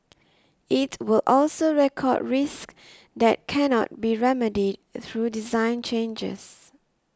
it will also record risks that cannot be remedied through design changes